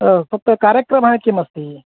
तत्र कार्यक्रमः किमस्ति